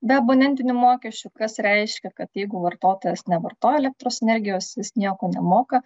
be abonentinių mokesčių kas reiškia kad jeigu vartotojas nevartoja elektros energijos jis nieko nemoka